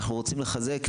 אנחנו רוצים לחזק.